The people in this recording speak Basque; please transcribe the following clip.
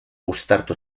uztartu